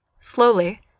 Slowly